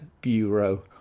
Bureau